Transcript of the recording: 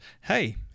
hey